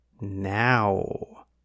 now